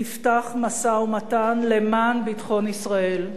תפתח משא-ומתן למען ביטחון ישראל,